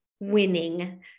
Winning